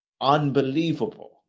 unbelievable